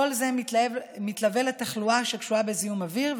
כל זה מתלווה לתחלואה שקשורה בזיהום אוויר,